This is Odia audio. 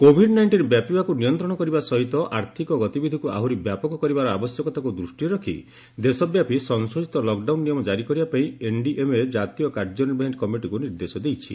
କୋଭିଡ୍ ନାଇଷ୍ଟିନ୍ ବ୍ୟାପିବାକୁ ନିୟନ୍ତ୍ରଣ କରିବା ସହିତ ଆର୍ଥକ ଗତିବିଧିକୁ ଆହୁରି ବ୍ୟାପକ କରିବାର ଆବଶ୍ୟକତାକୁ ଦୃଷ୍ଟିରେ ରଖି ଦେଶବ୍ୟାପୀ ସଂଶୋଧିତ ଲକ୍ଡାଉନ୍ ନିୟମ ଜାରି କରିବାପାଇଁ ଏନ୍ଡିଏମ୍ଏ ଜାତୀୟ କାର୍ଯ୍ୟନିର୍ବାହୀ କମିଟିକୁ ନିର୍ଦ୍ଦେଶ ଦେଇଛି